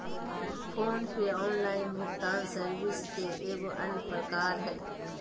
phone पे online भुगतान service के एगो अन्य प्रकार हय